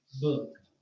book